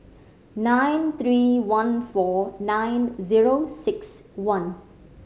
nine three one four nine zero six one